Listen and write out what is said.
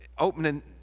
opening